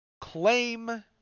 claim